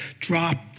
drop